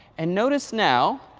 and notice now,